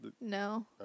no